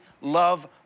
love